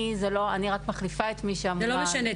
אני רק מחליפה את מי שאמונה --- זה לא משנה.